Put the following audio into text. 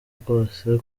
rwose